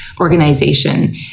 organization